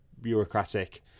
bureaucratic